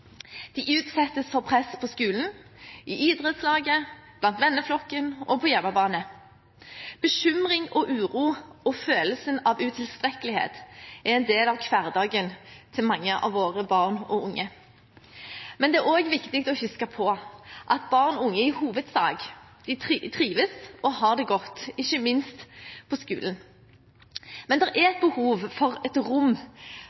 De utsettes for press på skolen, i idrettslaget, i venneflokken og på hjemmebane. Bekymring og uro og følelsen av utilstrekkelighet er en del av hverdagen til mange av våre barn og unge, men det er også viktig å huske på at barn og unge i hovedsak trives og har det godt, ikke minst på skolen. Men det er et behov for rom